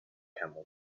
camel